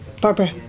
Barbara